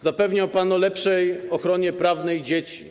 Zapewniał pan o lepszej ochronie prawnej dzieci.